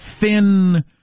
thin